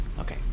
Okay